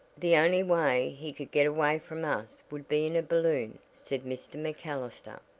the only way he could get away from us would be in a balloon, said mr. macallister.